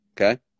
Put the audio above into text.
Okay